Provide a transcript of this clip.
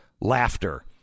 Laughter